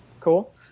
Cool